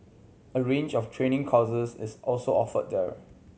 a range of training courses is also offered there